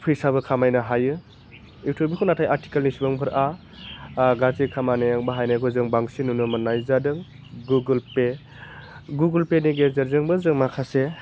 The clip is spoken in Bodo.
फैसाबो खामायनो हायो इउथुबनिखौ नाथाय आथिखालनि सुबुंफोरा गाज्रि खामानियाव बाहायनायबो जोङो बांसिन नुनो मोननाय जादों गुगोल पे गुगोल पेनि गेजेरजोंबो जोङो माखासे